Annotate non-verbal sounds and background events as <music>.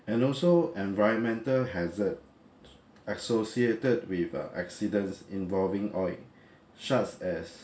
and also environmental hazard associated with uh accidents involving oil <breath> such as